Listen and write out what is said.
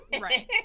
Right